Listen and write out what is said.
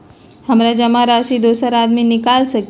हमरा जमा राशि दोसर आदमी निकाल सकील?